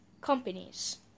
companies